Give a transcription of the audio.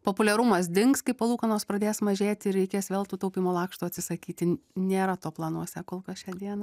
populiarumas dings kai palūkanos pradės mažėti ir reikės vėl tų taupymo lakštų atsisakyti nėra to planuose kol kas šią dieną